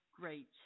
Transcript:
great